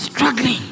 Struggling